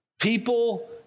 People